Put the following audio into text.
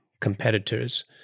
competitors